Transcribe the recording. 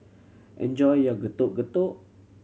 enjoy your Getuk Getuk